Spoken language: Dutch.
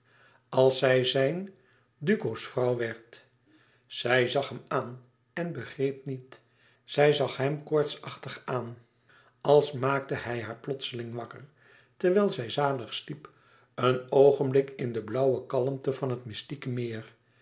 als zij zijn duco's vrouw werd zij zag hem aan en begreep niet zij zag hem koortsachtig aan als maakte hij haar plotseling wakker terwijl zij zalig sliep een oogenblik in de blauwe kalmte van het mystieke meer